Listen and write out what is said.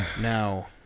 Now